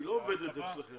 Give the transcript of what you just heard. היא לא עובדת אצלכם.